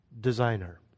designer